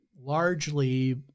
largely